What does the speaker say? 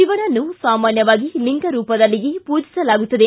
ಶಿವನನ್ನು ಸಾಮಾನ್ಯವಾಗಿ ಲಿಂಗ ರೂಪದಲ್ಲಿಯೇ ಪೂಜಿಸಲಾಗುತ್ತದೆ